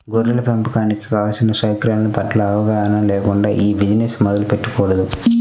గొర్రెల పెంపకానికి కావలసిన సౌకర్యాల పట్ల అవగాహన లేకుండా ఈ బిజినెస్ మొదలు పెట్టకూడదు